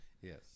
yes